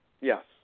Yes